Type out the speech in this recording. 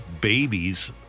babies